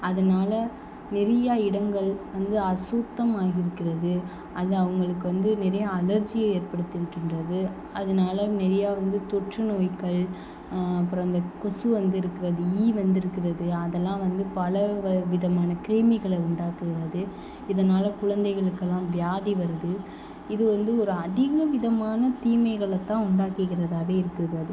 அதனால் நிறையா இடங்கள் வந்து அசுத்தமாக இருக்கிறது அது அவங்களுக்கு வந்து நிறைய அலர்ஜியை ஏற்படுத்திருக்கின்றது அதனால் நிறையா வந்து தொற்று நோய்கள் அப்புறம் அந்த கொசு வந்துருக்கிறது ஈ வந்திருக்கிறது அதெல்லாம் வந்து பல விதமான கிருமிகளை உண்டாக்குகிறது இதனால் குழந்தைங்களுக்கெல்லாம் வியாதி வருது இது வந்து ஒரு அதிக விதமான தீமைகளைதான் உண்டாக்குகிறதாகவே இருக்குது அது